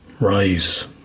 rise